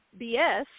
BS